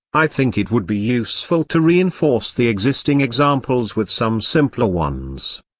i think it would be useful to reinforce the existing examples with some simpler ones.